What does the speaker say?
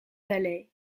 valley